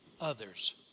others